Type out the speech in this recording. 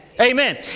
Amen